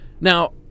Now